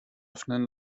öffnen